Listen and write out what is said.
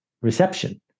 reception